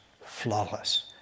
flawless